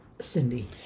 Cindy